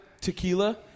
tequila